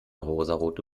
rosarote